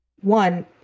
one